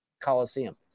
Colosseum